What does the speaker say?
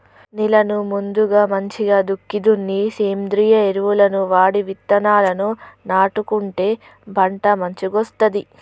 నేలను ముందుగా మంచిగ దుక్కి దున్ని సేంద్రియ ఎరువులను వాడి విత్తనాలను నాటుకుంటే పంట మంచిగొస్తది